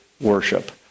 worship